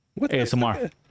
asmr